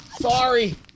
Sorry